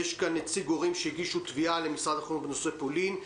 יש נציג הורים שהגישו תביעה למשרד החינוך בנושא פולין,